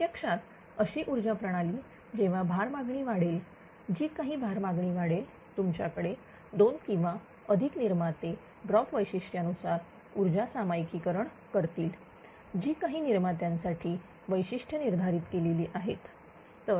प्रत्यक्षात अशी ऊर्जा प्रणाली जेव्हा भार मागणी वाढेल जी काही भार मागणी वाढेल तुमच्याकडे दोन किंवा अधिक निर्माते ड्रॉप वैशिष्ट्या नुसार ऊर्जा सामायिकरण करतील जी काही निर्मात्यांसाठी वैशिष्ट्य निर्धारित केलेली आहेत